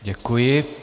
Děkuji.